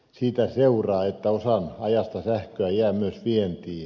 siitä seuraa että osan ajasta sähköä jää myös vientiin